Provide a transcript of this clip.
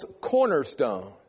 cornerstone